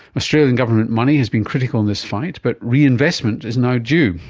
australian government money has been critical in this fight but reinvestment is now due,